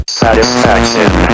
satisfaction